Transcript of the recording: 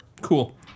Cool